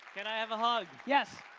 can i have a hug? yes.